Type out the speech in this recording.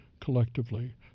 collectively